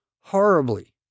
horribly